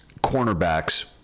cornerbacks